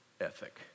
ethic